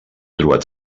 trobat